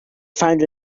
found